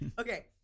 Okay